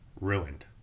ruined